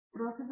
professor